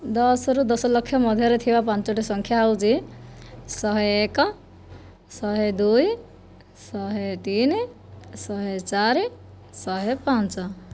ଦଶରୁ ଦଶଲକ୍ଷ ମଧ୍ୟରେ ଥିବା ପାଞ୍ଚଟି ସଂଖ୍ୟା ହେଉଛି ଶହେ ଏକ ଶହେ ଦୁଇ ଶହେ ତିନି ଶହେ ଚାରି ଶହେ ପାଞ୍ଚ